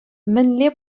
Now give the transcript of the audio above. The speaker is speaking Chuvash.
мӗнле